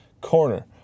corner